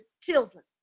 children